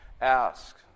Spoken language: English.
ask